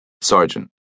Sergeant